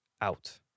out